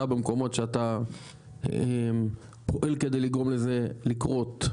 במקומות שאתה פועל כדי לגרום לזה לקרות,